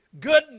goodness